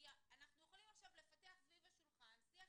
כי אנחנו יכולים עכשיו לפתח סביב השולחן שיח